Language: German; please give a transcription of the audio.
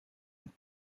und